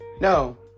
no